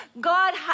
God